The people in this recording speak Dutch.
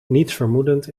nietsvermoedend